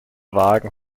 wagen